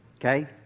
Okay